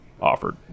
offered